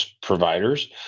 providers